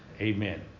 Amen